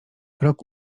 rok